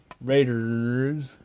Raiders